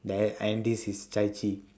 there I mean this is chai chee